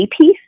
piece